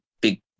big